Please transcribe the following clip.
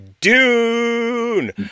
Dune